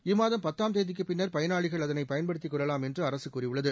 இம்மாதம் பத்தாம் தேதிக்குப் பின்னர் பயணாளிகள் அதனைப் பயன்படுத்திக் கொள்ளலாம் என்று அரசு கூறியுள்ளது